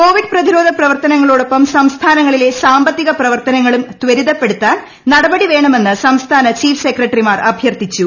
Covid പ്രതിരോധ പ്രവർത്തനങ്ങളോടൊപ്പം സംസ്ഥാനങ്ങളിലെ സാമ്പത്തിക പ്രവർത്തനങ്ങളും ത്വരിതപ്പെടുത്താൻ നടപടി വേണമെന്ന് സംസ്ഥാന ചീഫ് സെക്രട്ടറിമാർ അഭ്യർത്ഥിച്ചു